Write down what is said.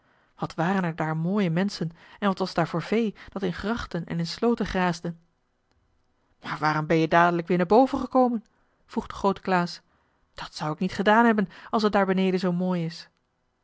wat waren er daar mooie menschen en wat was daar voor vee dat in grachten en in slooten graasde maar waarom ben je dadelijk weer naar boven gekomen vroeg de groote klaas dat zou ik niet gedaan hebben als het daar beneden zoo mooi is